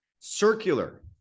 Circular